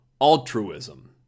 altruism